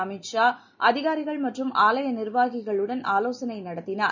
அமித் ஷா அதிகாரிகள் மற்றும் ஆலய நிர்வாகிகளுடன் ஆலோசனை நடத்தினார்